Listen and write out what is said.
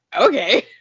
okay